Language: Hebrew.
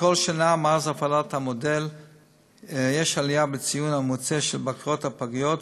בכל שנה מאז הפעלת המודל יש עלייה בציון הממוצע של בקרות הפגיות,